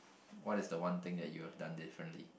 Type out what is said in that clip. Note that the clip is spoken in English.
what is the one thing that you've done differently